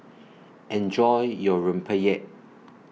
Enjoy your Rempeyek